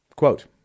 quote